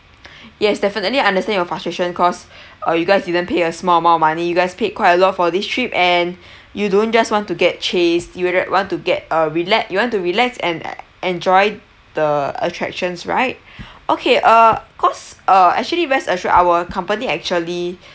yes definitely I understand your frustration cause uh you guys you didn't pay a small amount of money you guys paid quite a lot for this trip and you don't just want to get chased you will want to get uh relax you want to relax and e~ enjoy the attractions right okay uh cause uh actually rest assured our company actually